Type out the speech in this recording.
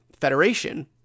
federation